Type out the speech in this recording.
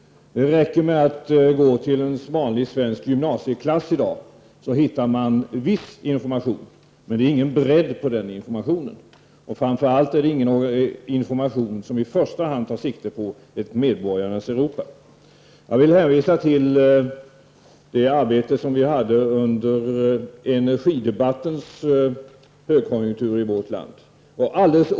Det räcker med att gå till en vanlig svensk gymnasieklass i dag. Där hittar man viss information, men det är ingen bredd på den informationen. Det är framför allt ingen information som i första hand tar sikte på ett medborgarnas Europa. Jag vill hänvisa till det arbete som vi hade under energidebattens högkonjunktur i vårt land.